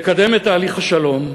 לקדם את תהליך השלום,